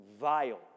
vile